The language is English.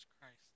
Christ